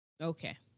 Okay